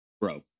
bro